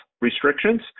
restrictions